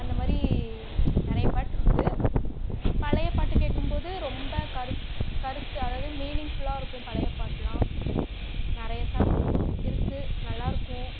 அந்த மாதிரி நிறைய பாட்டுயிருக்கு பழைய பாட்டு கேட்கும்போது ரொம்ப கருத்து கருத்து அதாவது மீனிங்ஃபுல்லாக இருக்கும் பழைய பாட்டெல்லாம் நிறைய சாங் இருக்கு நல்லாயிருக்கும்